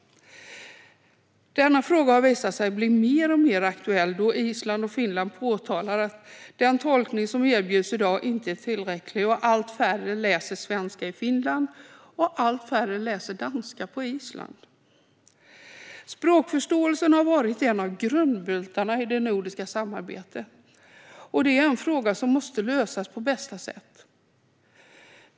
Denna fråga har visat sig bli mer och mer aktuell, då Island och Finland påtalar att den tolkning som erbjuds i dag inte är tillräcklig och då allt färre läser svenska i Finland och allt färre läser danska på Island. Språkförståelsen har varit en av grundbultarna i det nordiska samarbetet, och det är en fråga som måste lösas på bästa sätt.